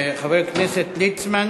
חבר הכנסת ליצמן,